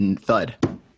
thud